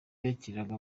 yakiraga